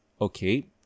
okay